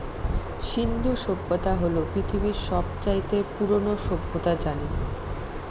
সিন্ধু সভ্যতা হল পৃথিবীর সব চাইতে পুরোনো সভ্যতা জানি